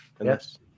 yes